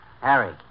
Harry